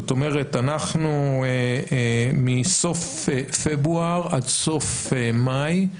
זאת אומרת מסוף פברואר עד סוף מאי,